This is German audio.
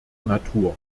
natur